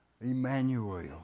Emmanuel